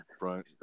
right